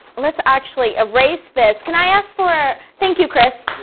let's actually erase this. can i ask for, thank you, chris.